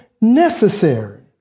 necessary